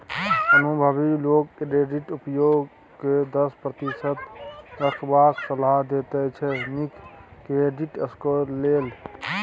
अनुभबी लोक क्रेडिट उपयोग केँ दस प्रतिशत रखबाक सलाह देते छै नीक क्रेडिट स्कोर लेल